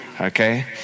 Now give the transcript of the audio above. okay